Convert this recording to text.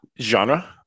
genre